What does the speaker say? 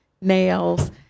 nails